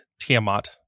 Tiamat